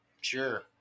Sure